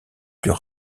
plus